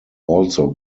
also